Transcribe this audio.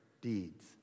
deeds